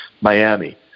Miami